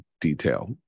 detail